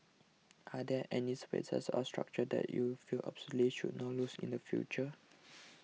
are there any spaces or structures that you feel absolutely should not lose in the future